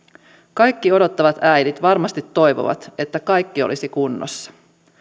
kaikki odottavat äidit varmasti toivovat että kaikki olisi kunnossa